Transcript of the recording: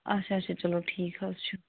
اچھا اچھا چلو ٹھیٖک حظ چھُ